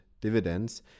dividends